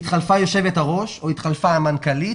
התחלפה היושבת ראש או התחלפה המנכ"לית,